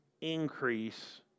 increase